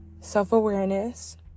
self-awareness